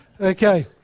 Okay